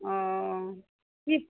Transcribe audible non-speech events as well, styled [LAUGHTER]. ओ [UNINTELLIGIBLE]